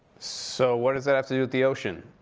so what does that have to do with the ocean?